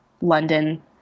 London